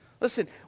Listen